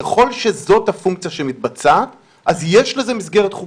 ככל שזאת הפונקציה שמתבצעת, יש לזה מסגרת חוקית.